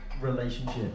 relationship